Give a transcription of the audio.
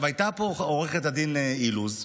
הייתה פה עו"ד אילוז,